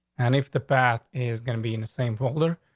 and if the past is going to be in the same folder,